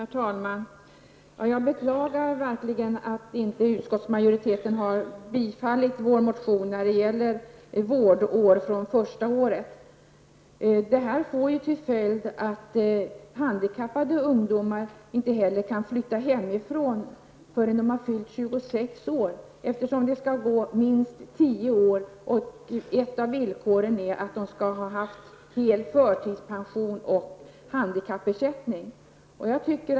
Herr talman! Jag beklagar verkligen att utskottsmajoriteten inte har tillstyrkt vår motion om att vårdår skall räknas från första året. Detta får till följd att handikappade ungdomar inte heller kan flytta hemifrån förrän de har fyllt 26 år, eftersom det skall gå minst tio år och ett av villkoren är att de skall ha haft hel förtidspension och handikappersättning.